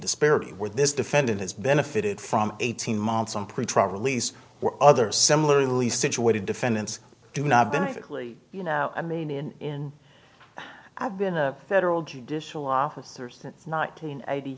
disparity where this defendant has benefited from eighteen months on pretrial release other similarly situated defendants do not benefit you know i mean in i've been a federal judicial officer since nineteen eighty